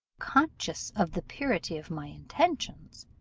conscious of the purity of my intentions,